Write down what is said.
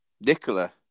Nicola